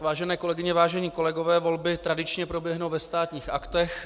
Vážené kolegyně, vážení kolegové, volby tradičně proběhnu ve Státních aktech.